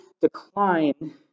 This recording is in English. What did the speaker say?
decline